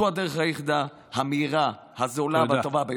זו הדרך היחידה, המהירה, הזולה והטובה ביותר.